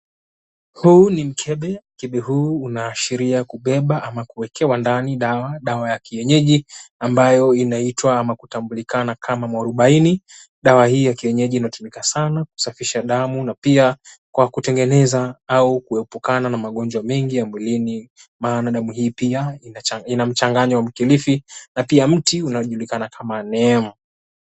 Huu ni mkebe. Mkebe huu unaashiria kubeba ama kuwekewa ndani dawa, dawa ya kienyeji ambayo inaitwa ama kutambulikana kama mwarobaini. Dawa hii ya kienyeji inatumika sana kusafisha damu na pia kwa kutengeneza au kuepukana na magonjwa mengi ya mwilini. Maana damu hii pia inamchanganya mkilifi na pia mti unaojulikana kama nemu.